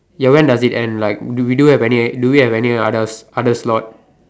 you when does it end like do we do do we have another another slot